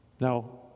Now